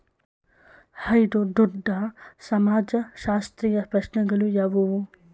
ಐದು ದೊಡ್ಡ ಸಮಾಜಶಾಸ್ತ್ರೀಯ ಪ್ರಶ್ನೆಗಳು ಯಾವುವು?